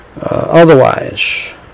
otherwise